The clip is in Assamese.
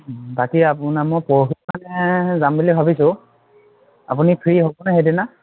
বাকী আপোনাৰ মই পৰহি মানে যাম বুলি ভাবিছোঁ আপুনি ফ্ৰী হ'বনে সেইদিনা